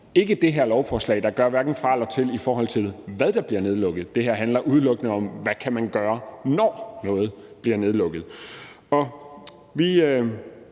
ikke det her lovforslag, der gør hverken fra eller til, i forhold til hvad der bliver nedlukket – det her handler udelukkende om, hvad man kan gøre, når noget bliver nedlukket. Vi